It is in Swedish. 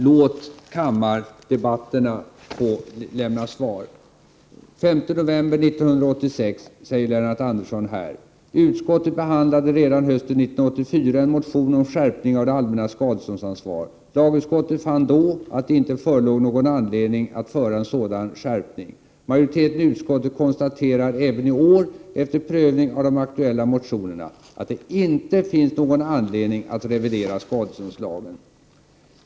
Låt kammardebatterna få lämna svar! Den 5 november 1986 sade Lennart Andersson: Utskottet behandlade redan hösten 1984 en motion om skärpning av det allmänna skadeståndsansvaret. Lagutskottet fann då att det inte förelåg någon anledning att föreslå en sådan skärpning. Majoriteten i utskottet konstaterar även i år, efter prövning av de aktuella motionerna, att det inte finns någon anledning att revidera skadeståndslagen.